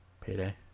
Payday